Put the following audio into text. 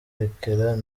mpita